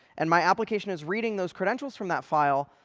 and my application is reading those credentials from that file.